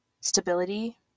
stability